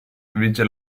vige